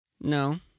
No